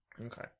Okay